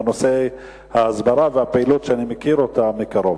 בנושא ההסברה והפעילות שאני מכיר אותה מקרוב.